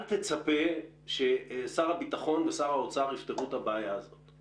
אל תצפה ששר הביטחון ושר האוצר יפתרו את הבעיה הזאת.